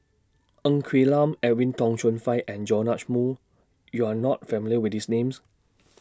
Ng Quee Lam Edwin Tong Chun Fai and Joash Moo YOU Are not familiar with These Names